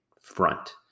front